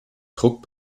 druck